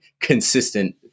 consistent